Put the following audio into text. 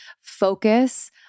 focus